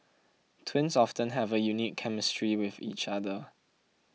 twins often have a unique chemistry with each other